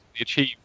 achieve